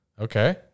Okay